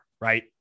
right